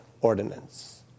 ordinance